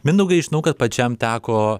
mindaugai žinau kad pačiam teko